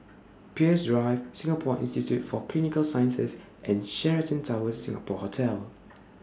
Peirce Drive Singapore Institute For Clinical Sciences and Sheraton Towers Singapore Hotel